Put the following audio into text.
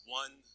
one